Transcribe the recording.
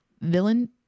Villain